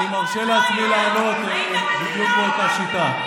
אני מרשה לעצמי לענות בדיוק באותה שיטה.